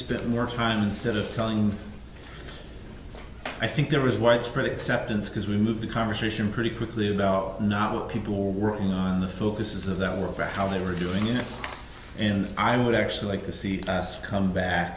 spend more time instead of talking i think there is widespread acceptance because we move the conversation pretty quickly you know not people working on the focuses of that world and how they were doing it and i would actually like to see us come back